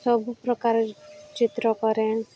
ସବୁପ୍ରକାର ଚିତ୍ର କରେ